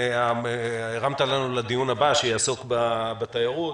הרמת לנו לדיון הבא שיעסוק בתיירות.